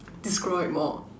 describe more